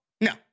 No